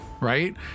right